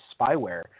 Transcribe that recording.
spyware